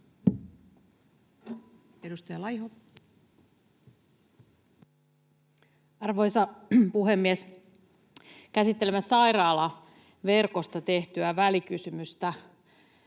Edustaja Laiho. Arvoisa puhemies! Käsittelemme sairaalaverkosta tehtyä välikysymystä.